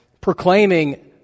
proclaiming